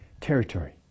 territory